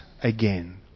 again